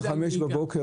לנהיגה.